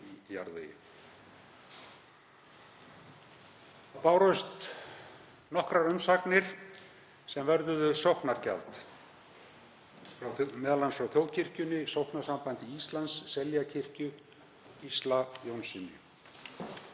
í jarðvegi. Þá bárust nokkrar umsagnir sem vörðuðu sóknargjald, m.a. frá þjóðkirkjunni, Sóknasambandi Íslands, Seljakirkju og Gísla Jónssyni.